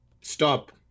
Stop